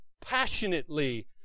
passionately